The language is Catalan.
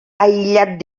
aïllat